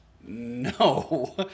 no